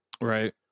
Right